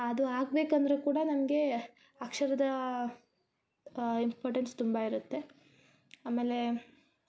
ಆಗ್ಬೇಕಂದರೆ ಕೂಡ ನಮಗೆ ಅಕ್ಷರದ ಇಂಪಾರ್ಟೆನ್ಸ್ ತುಂಬ ಇರತ್ತೆ ಆಮೇಲೆ